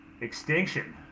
extinction